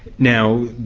now,